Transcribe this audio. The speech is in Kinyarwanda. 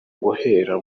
guhera